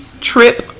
trip